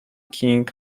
king